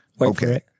Okay